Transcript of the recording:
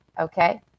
okay